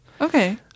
Okay